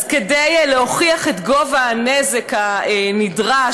אז כדי להוכיח את גובה הנזק הנדרש,